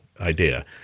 idea